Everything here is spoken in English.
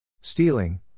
Stealing